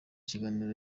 kiganiro